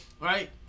right